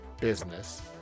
business